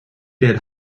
dead